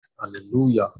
Hallelujah